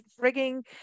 frigging